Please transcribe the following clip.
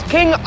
King